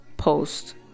post